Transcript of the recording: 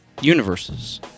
universes